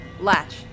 Latch